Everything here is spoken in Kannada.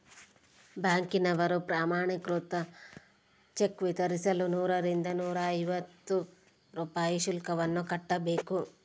ಬ್ಯಾಂಕಿನವರು ಪ್ರಮಾಣೀಕೃತ ಚೆಕ್ ವಿತರಿಸಲು ನೂರರಿಂದ ನೂರೈವತ್ತು ರೂಪಾಯಿ ಶುಲ್ಕವನ್ನು ಕಟ್ಟಬೇಕು